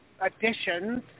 additions